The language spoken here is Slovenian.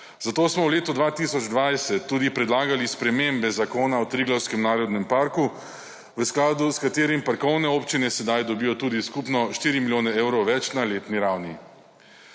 Zato smo v letu 2020 tudi predlagali spremembe zakona o Triglavskem narodnem parku, v skladu s katerim parkovne občine sedaj dobijo tudi skupno 4 milijone evrov več na letni ravni.